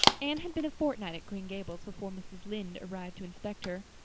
anne had been a fortnight at green gables before mrs. lynde arrived to inspect her.